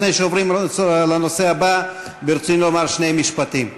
לפני שעוברים לנושא הבא ברצוני לומר שני משפטים.